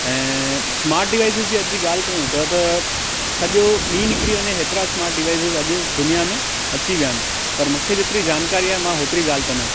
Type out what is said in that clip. ऐं smart devices जी अॼु जी ॻाल्हि कयूं त त सॼो ॾींहुं निकिरी वञे एतिरा स्मार्ट डिवाज़िज़ अॼु दुनिया में अची विया आहिनि पर मूंखे जेतिरी जानकारी आहे मां ओतिरी ॻाल्हि कंदमि